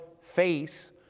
face